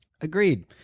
Agreed